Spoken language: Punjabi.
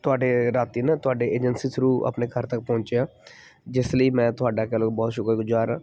ਤੁਹਾਡੇ ਰਾਤੀ ਨਾ ਤੁਹਾਡੇ ਏਜੰਸੀ ਥਰੂ ਆਪਣੇ ਘਰ ਤੱਕ ਪਹੁੰਚਿਆ ਜਿਸ ਲਈ ਮੈਂ ਤੁਹਾਡਾ ਕਹਿ ਲਉ ਬਹੁਤ ਸ਼ੁਕਰਗੁਜ਼ਾਰ ਹਾਂ